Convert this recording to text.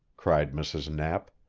cried mrs. knapp.